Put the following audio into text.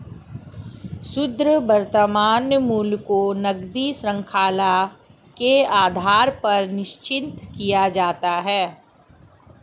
शुद्ध वर्तमान मूल्य को नकदी शृंखला के आधार पर निश्चित किया जाता है